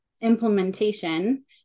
implementation